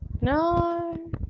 No